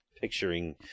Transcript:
picturing